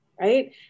right